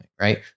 right